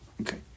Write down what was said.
Okay